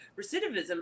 recidivism